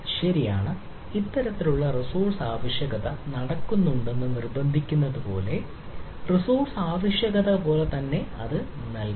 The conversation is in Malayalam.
ശരിയാണ് ഇത്തരത്തിലുള്ള റിസോഴ്സ് ആവശ്യകത നടക്കുന്നുണ്ടെന്ന് നിർബന്ധിക്കുന്നത് പോലെ റിസോഴ്സ് ആവശ്യകത പോലെ തന്നെ അത് നൽകുന്നു